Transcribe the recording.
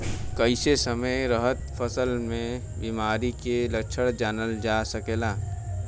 कइसे समय रहते फसल में बिमारी के लक्षण जानल जा सकेला?